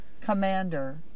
commander